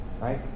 right